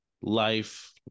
life